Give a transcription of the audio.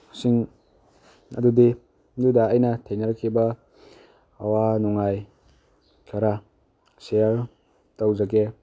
ꯁꯤꯡ ꯑꯗꯨꯗꯤ ꯑꯗꯨꯗ ꯑꯩꯅ ꯊꯦꯡꯅꯔꯛꯈꯤꯕ ꯑꯋꯥ ꯅꯨꯡꯉꯥꯏ ꯈꯔ ꯁꯤꯌ꯭ꯔ ꯇꯧꯖꯒꯦ